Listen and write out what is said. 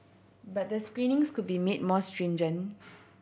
but the screenings could be made more stringent